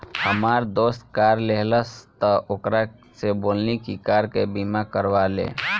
हामार दोस्त कार लेहलस त ओकरा से बोलनी की कार के बीमा करवा ले